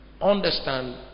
understand